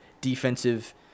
Defensive